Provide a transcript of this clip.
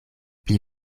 pli